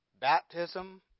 baptism